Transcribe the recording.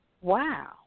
wow